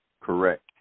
Correct